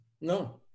No